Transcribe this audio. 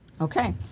Okay